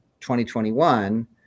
2021